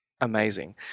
amazing